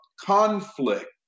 conflict